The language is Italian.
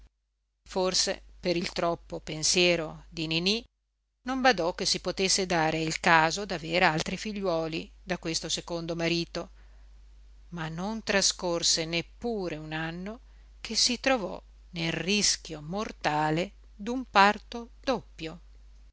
forse per il troppo pensiero di niní non badò che si potesse dare il caso d'aver altri figliuoli da questo secondo marito ma non trascorse neppure un anno che si trovò nel rischio mortale d'un parto doppio